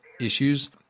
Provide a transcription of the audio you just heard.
issues